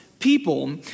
people